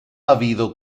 habido